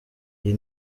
iyi